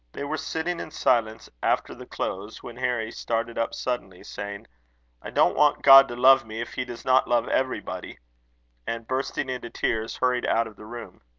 they were sitting in silence after the close, when harry started up suddenly, saying i don't want god to love me, if he does not love everybody and, bursting into tears, hurried out of the room.